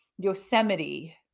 Yosemite